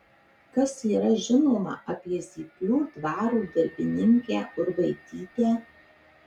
kas yra žinoma apie zyplių dvaro darbininkę urbaitytę